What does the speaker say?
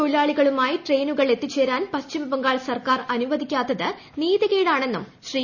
തൊഴിലാളികളു മായി ട്രെയിനുകൾ എത്തിച്ചേരാൻ പശ്ചിമബംഗാൾ സർക്കാർ അനുവദിക്കാത്തത് നീതികേടാണെന്നും ശ്രീ